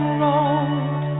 road